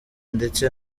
ndetse